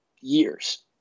years